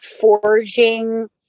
forging